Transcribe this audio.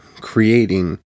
creating